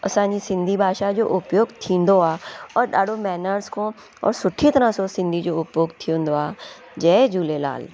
असांजी सिंधी भाषा जो उपयोगु थींदो आहे और ॾाढी मैनर्स खां और सुठी तरह सां सिंधी जो उपयोगु थींदो आहे जय झूलेलाल